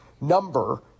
number